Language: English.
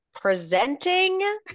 Presenting